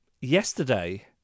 yesterday